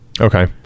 Okay